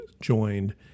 joined